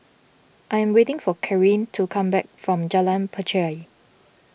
I am waiting for Caryl to come back from Jalan Pacheli